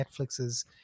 netflix's